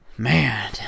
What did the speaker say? Man